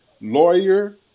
Lawyer